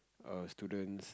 err students